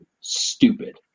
stupid